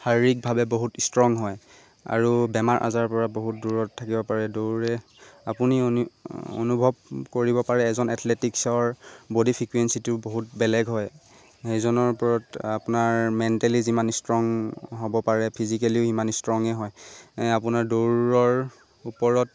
শাৰীৰিকভাৱে বহুত ইষ্ট্ৰং হয় আৰু বেমাৰ আজাৰৰপৰা বহুত দূৰত থাকিব পাৰে দৌৰে আপুনি অনুভৱ কৰিব পাৰে এজন এথলেটিক্সৰ বডি ফিকুৱেন্ঞ্চিটো বহুত বেলেগ হয় সেইজনৰ ওপৰত আপোনাৰ মেণ্টেলি যিমান ইষ্ট্ৰং হ'ব পাৰে ফিজিকেলিও সমান ইষ্ট্ৰঙেই হয় আপোনাৰ দৌৰৰ ওপৰত